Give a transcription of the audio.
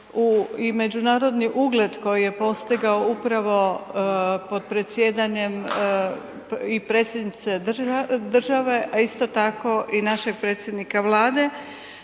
i međunarodni ugled koji je postigao upravo pod predsjedanjem i predsjednice države a isto tako i našeg predsjednika Vlade.